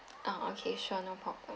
ah okay sure no problem